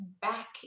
back